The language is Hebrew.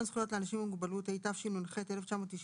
זכויות לאנשים עם מוגבלות (תיקון מס'